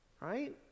Right